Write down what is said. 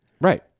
Right